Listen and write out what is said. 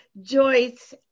Joyce